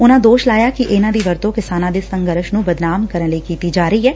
ਉਨੂਾਂ ਦੋਸ਼ ਲਾਇਆ ਕਿ ਇਨਾ ਦੀ ਵਰਤੋ ਕਿਸਾਨਾਂ ਦੇ ਸੰਘਰਸ਼ ਨੂੰ ਬਦਨਾਮ ਕਰਨ ਲਈ ਕੀਤੀ ਜਾ ਰਹੀ ਏ